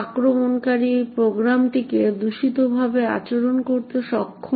আক্রমণকারী এই প্রোগ্রামটিকে দূষিতভাবে আচরণ করতে সক্ষম হবে